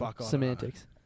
Semantics